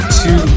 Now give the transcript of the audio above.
two